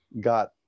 got